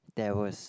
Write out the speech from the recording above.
there was